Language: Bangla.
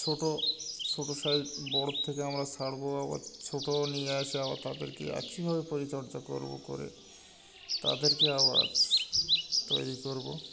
ছোটো ছোটো সাইজ বরফ থেকে আমরা সারবো আবার ছোটো নিয়ে আসে আবার তাদেরকে একইভাবে পরিচর্যা করবো করে তাদেরকে আবার তৈরি করবো